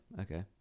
okay